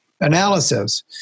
analysis